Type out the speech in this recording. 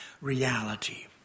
reality